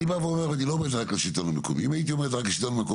אני בא ואומר ואני לא אומר את זה רק לשלטון המקומי,